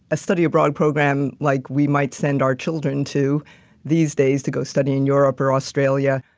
a study abroad program like we might send our children to these days to go study in europe or australia.